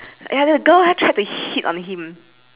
ya then the girl ah tried to hit on him